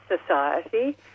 Society